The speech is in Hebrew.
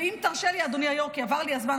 ואם תרשה לי, אדוני היו"ר, כי עבר לי הזמן.